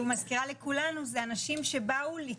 זה תהליכים שאנחנו עובדים עליהם,